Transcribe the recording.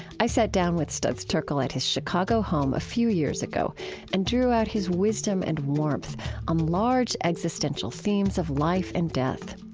i sat down with studs terkel at his chicago home a few years ago and drew out his wisdom and warmth on large existential themes of life and death.